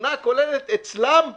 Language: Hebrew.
התמונה הכוללת אצלם היא